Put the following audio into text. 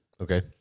Okay